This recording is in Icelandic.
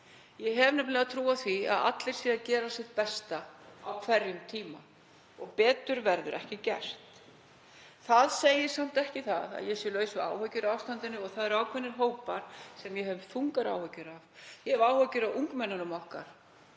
Ég hef nefnilega trú á því að allir séu að gera sitt besta á hverjum tíma og betur verður ekki gert. Það segir samt ekki að ég sé laus við áhyggjur af ástandinu. Það eru ákveðnir hópar sem ég hef þungar áhyggjur af. Ég hef áhyggjur af ungmennunum okkar